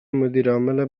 مدیرعامل